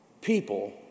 People